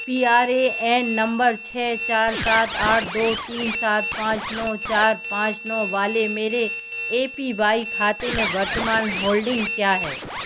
P R A N नम्बर छः चार सात आठ दो तीन सात पाँच नौ चार पाँच नौ वाले मेरे ए पी वाई खाते में वर्तमान होल्डिंग क्या है